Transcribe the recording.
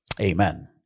Amen